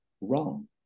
wrong